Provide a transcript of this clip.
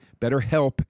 betterhelp